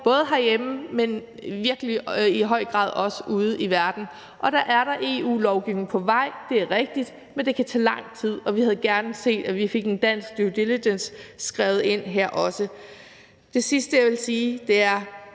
både herhjemme, men i virkelig høj grad også ude i verden. Og der er der en EU-lovgivning på vej – det er rigtigt – men det kan tage lang tid, og vi havde gerne set, at vi også fik en dansk due diligence skrevet ind her. Det sidste, jeg vil sige noget